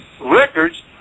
records